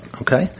Okay